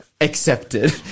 Accepted